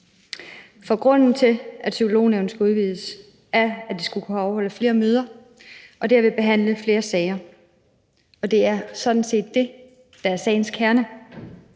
for grunden til, at Psykolognævnet skal udvides, er, at de skal kunne afholde flere møder og derved behandle flere sager. Det er sådan set det, der er sagens kerne: